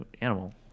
animal